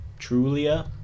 Trulia